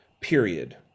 period